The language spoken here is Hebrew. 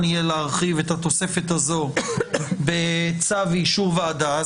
יהיה להרחיב את התוספת הזאת בצו באישור ועדה,